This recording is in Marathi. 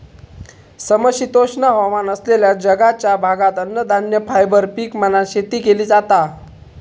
समशीतोष्ण हवामान असलेल्या जगाच्या भागात अन्नधान्य, फायबर पीक म्हणान शेती केली जाता